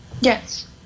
Yes